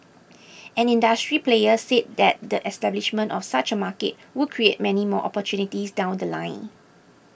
an industry player said that the establishment of such a market would create many more opportunities down The Line